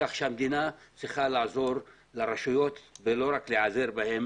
המדינה צריכה לעזור לרשויות ולא רק להיעזר בהן